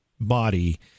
body